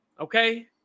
Okay